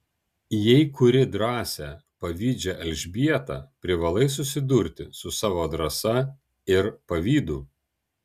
jei kuri drąsią pavydžią elžbietą privalai susidurti su savo drąsa ir pavydu